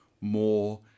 more